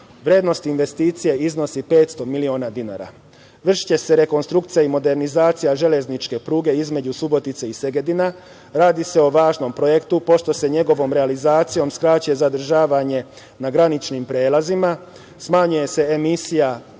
Vrednost investicije iznosi 500 miliona dinara. Vršiće se rekonstrukcija i modernizacija železničke pruge između Subotice i Segedina. Radi se o važnom projektu, pošto se njegovom realizacijom skraćuje zadržavanje na graničnim prelazima smanjuje se emisija